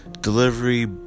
delivery